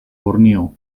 borneo